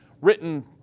written